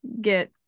get